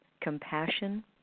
compassion